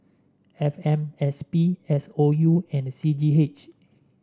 F M S P S O U and C G H